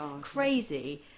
crazy